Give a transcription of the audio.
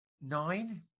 nine